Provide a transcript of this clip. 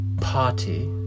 party